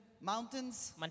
mountains